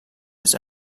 his